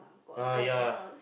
nah ya